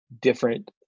Different